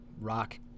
rock